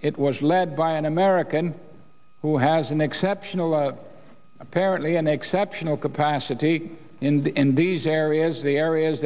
it was led by an american who has an exceptional apparently an exceptional capacity in the in these areas the areas